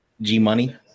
G-Money